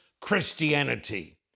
Christianity